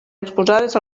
exposades